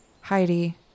Heidi